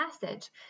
passage